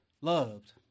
loved